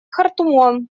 хартумом